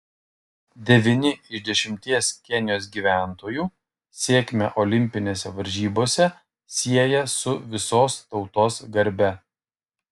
devyni iš dešimties kenijos gyventojų sėkmę olimpinėse varžybose sieja su visos tautos garbe